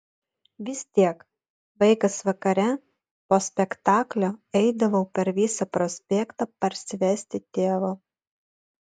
vis tiek vaikas vakare po spektaklio eidavau per visą prospektą parsivesti tėvo